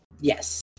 Yes